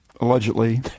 allegedly